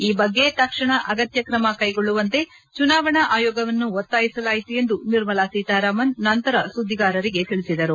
ಈ ಬಗ್ಗೆ ತಕ್ಷಣ ಅಗತ್ಯ ಕ್ರಮ ಕೈಗೊಳ್ಳುವಂತೆ ಚುನಾವಣಾ ಆಯೋಗವನ್ನು ಒತ್ತಾಯಿಸಲಾಯಿತು ಎಂದು ನಿರ್ಮಲಾ ಸೀತಾರಾಮನ್ ನಂತರ ಸುದ್ದಿಗಾರರಿಗೆ ತಿಳಿಸಿದರು